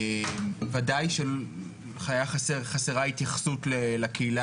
ודאי שהייתה חסרה התייחסות לקהילה